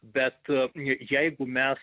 bet jeigu mes